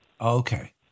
Okay